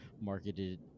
marketed